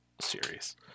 series